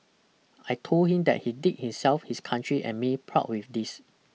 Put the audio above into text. I told him that he did himself his country and me proud with this